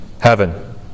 heaven